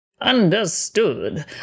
Understood